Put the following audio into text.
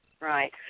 right